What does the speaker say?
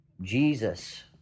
Jesus